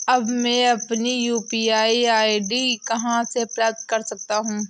अब मैं अपनी यू.पी.आई आई.डी कहां से प्राप्त कर सकता हूं?